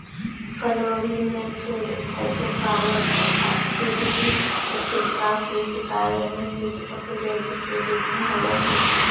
chlorinated hydrocarbon यथा DDT के छिड़काव कृषि कार्य में कीट प्रतिरोधी के रूप में होवऽ हई